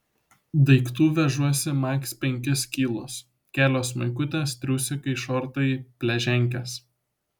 daiktų vežuosi maks penkis kilus kelios maikutės triusikai šortai pležankės